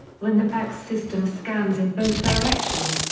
when the fax system scans in both directions,